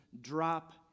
drop